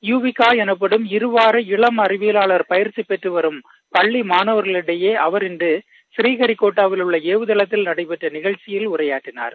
யுவிகாஎனப்படும் இருவார இளம் அறிவியலாளர்கள் பயிற்சிபெற்றுவரும் பள்ளிமாணவர்களிடையேசென்று பநீஹரிகோட்டாவில் உள்ளவுகளத்தில் நடைபெற்றநிலழ்ச்சியில் உரையாற்றினார்